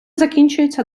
закінчується